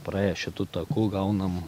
praėję šitu taku gaunam